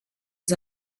les